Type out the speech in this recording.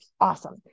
awesome